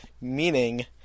meaning